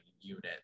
unit